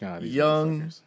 young